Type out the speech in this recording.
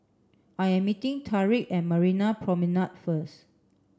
I am meeting Tarik at Marina Promenade first